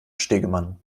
stegemann